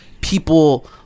people